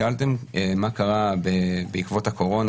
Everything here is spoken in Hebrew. שאלתם מה קרה בעקבות הקורונה,